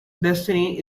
destiny